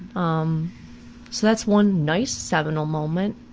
um so that's one nice seminal moment.